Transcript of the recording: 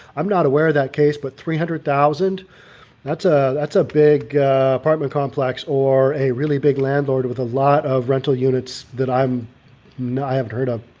i'm not aware of that case, but three hundred thousand that's a that's a big apartment complex or a really big landlord with a lot of rental units that i'm not i haven't heard a